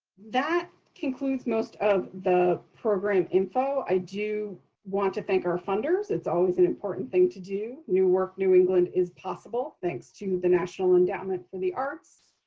that concludes most of the program info. i do want to thank our funders. it's always an important thing to do. new work new england is possible thanks to the national endowment for the arts,